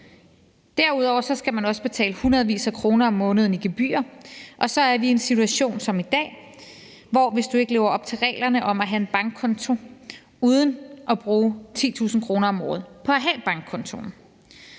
Derudover skal man også betale hundredvis af kroner om måneden i gebyrer, og så er vi i en situation som i dag, hvor du ikke lever op til reglerne om at have en bankkonto uden at bruge 10.000 kr. om året på at have bankkontoen.